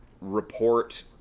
report